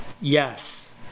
Yes